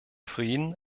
frieden